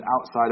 outside